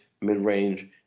mid-range